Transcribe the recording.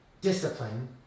discipline